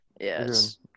yes